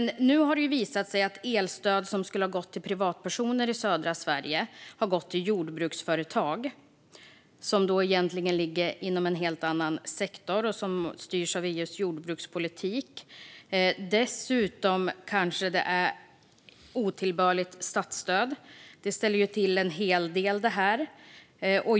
Nu har det dock visat sig att elstöd som skulle ha gått till privatpersoner i södra Sverige har gått till jordbruksföretag, som alltså egentligen ligger inom en helt annan sektor som styrs av EU:s jordbrukspolitik. Dessutom kanske det utgör otillbörligt statsstöd, så det här ställer ju till det en hel del.